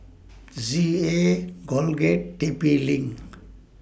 Z A Colgate T P LINK